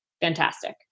fantastic